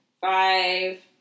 five